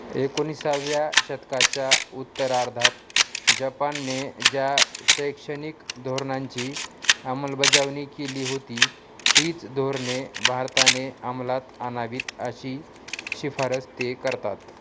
एकोणीसाव्या शतकाच्या उत्तरार्धात जपानने ज्या शैक्षणिक धोरणांची अंमलबजावणी केली होती तीच धोरणे भारताने अंमलात आणावीत अशी शिफारस ते करतात